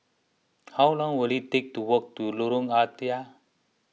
how long will it take to walk to Lorong Ah Thia